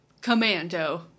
Commando